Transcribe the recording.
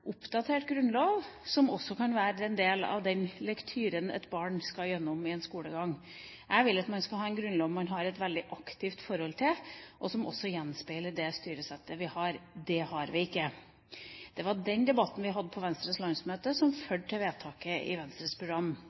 oppdatert grunnlov som også kan være en del av den lektyren et barn skal igjennom i løpet av skolegangen. Jeg vil at man skal ha en grunnlov man har et veldig aktivt forhold til, og som også gjenspeiler det styresettet vi har. Det har vi ikke. Det var den debatten vi hadde på Venstres landsmøte som førte til vedtaket i Venstres program.